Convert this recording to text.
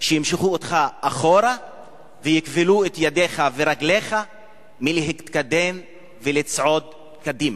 שימשכו אותך אחורה ויכבלו את ידיך ורגליך מלהתקדם ולצעוד קדימה.